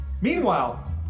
Meanwhile